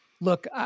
look